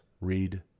read